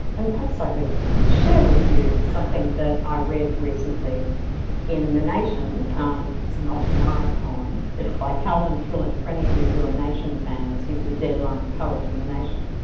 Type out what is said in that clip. and perhaps i could share with you something that i read recently in the nation, um it's not my poem, it's by calvin trillin for any of you who are and nation fans, he's the deadline poet in the nation.